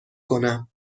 کنم